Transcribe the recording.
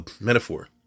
metaphor